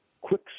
quick